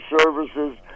services